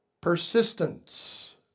persistence